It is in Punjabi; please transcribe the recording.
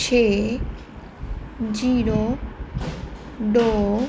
ਛੇ ਜ਼ੀਰੋ ਦੋ